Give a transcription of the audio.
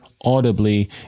audibly